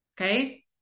okay